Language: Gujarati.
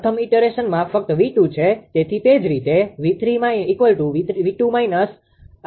પ્રથમ ઇટરેશનમાં ફક્ત 𝑉2 છે